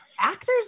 actors